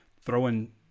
throwing